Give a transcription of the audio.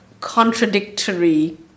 contradictory